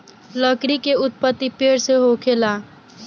लकड़ी के उत्पति पेड़ से होखेला